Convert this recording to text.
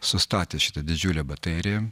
sustatė šitą didžiulę bateriją